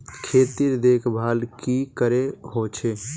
खेतीर देखभल की करे होचे?